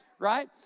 right